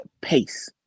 pace